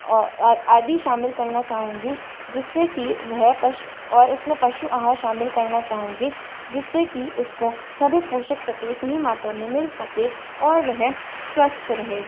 और आदि शामिल करना चाहूंगी जिससे कि वह पश और उसमें पशु आहार शामिल करना चाहूंगी जिससे कि उसको सभी पोशाक तत्व सही मात्रा में मिल सके और वह स्वस्थ रहे